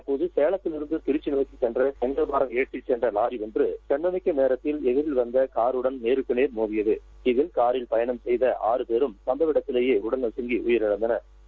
அப்போது சேலத்திவிதந்து கிரச்சி நோக்கி சென்ற செங்கல் ஏற்றிச்சென்ற வாரி ஒன்று கண் இமைக்கும் நேரத்தில் எதிரில் வந்த ஊரடன் நேருக்கு நேர் மோதியது இதில் ஊரில் பயணம் செய்த ஆறு பேரும் சம்பவ இடத்திலேயே உடல் நகங்கி உயிரிழந்தனா்